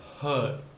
hurt